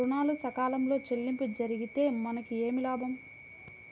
ఋణాలు సకాలంలో చెల్లింపు జరిగితే మనకు ఏమి లాభం?